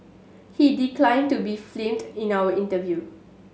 he declined to be filmed in our interview